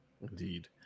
indeed